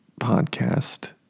podcast